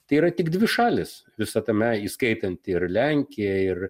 tai yra tik dvi šalys visa tame įskaitant ir lenkiją ir